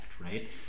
right